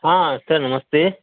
ہاں سر نمستے